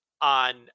on